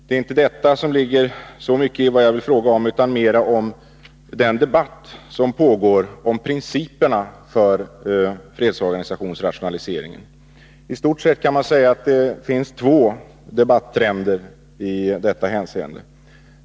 Det är inte så mycket detta som jag vill fråga om, utan mera om den debatt som pågår om principerna för fredsorganisationsrationaliseringen. I stort sett kan man säga att det finns två debattrender i detta hänseende.